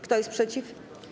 Kto jest przeciw?